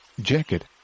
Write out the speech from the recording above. Jacket